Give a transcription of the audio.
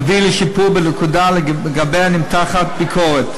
יביא לשיפור בנקודה שלגביה נמתחת ביקורת.